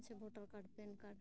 ᱟᱪᱪᱷᱟ voter card PAN card